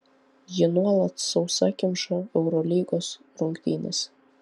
ji nuolat sausakimša eurolygos rungtynėse